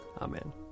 Amen